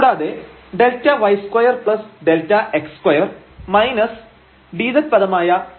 കൂടാതെ Δy2Δx2 minus dz പദമായ Δx2Δy